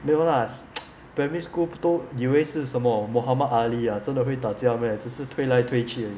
没有 lah primary school 都以为什么 muhammad ali ah 真的会打架 meh 只是推来推去